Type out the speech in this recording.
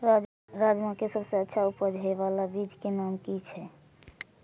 राजमा के सबसे अच्छा उपज हे वाला बीज के नाम की छे?